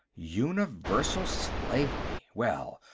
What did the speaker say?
universal slavery! well,